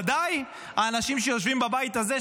ודאי האנשים שיושבים בבית הזה,